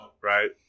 right